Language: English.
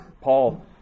Paul